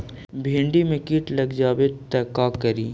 भिन्डी मे किट लग जाबे त का करि?